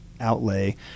outlay